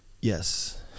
Yes